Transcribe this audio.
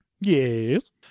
Yes